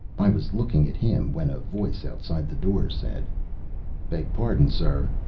i was looking at him when a voice outside the door said beg pardon, sir.